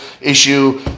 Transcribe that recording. issue